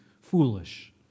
foolish